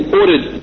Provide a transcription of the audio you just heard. ordered